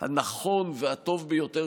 הנכון והטוב ביותר,